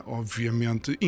obviamente